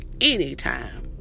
Anytime